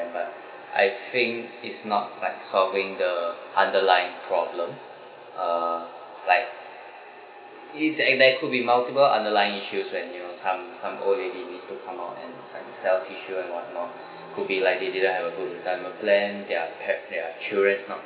but I think it's not like solving the underlying problem uh like it it that it may could be multiple underlying issues when you know some some old lady need to come out and trying sell tissue and what not could be like they didn't have a good retirement plan their pap~ their children is not